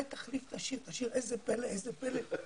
תחליף את השיר ותשיר איזה פלא איזה פלא.